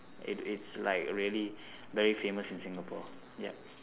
it it's like really very famous in singapore yup